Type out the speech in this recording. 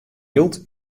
jild